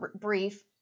brief